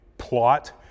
plot